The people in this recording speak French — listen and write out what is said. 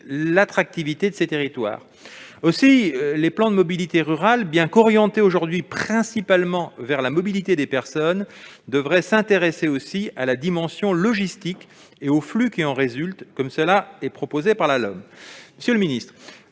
l'attractivité de ces territoires. Aussi, les plans de mobilité rurale, bien qu'orientés principalement aujourd'hui vers la mobilité des personnes, devraient s'intéresser aussi à la dimension logistique et aux flux qui en résultent, comme cela est proposé dans la LOM. Monsieur le secrétaire